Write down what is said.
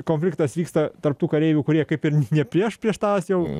konfliktas vyksta tarp tų kareivių kurie kaip ir ne prieš prieš tas jau